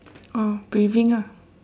oh breathing ah